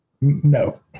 No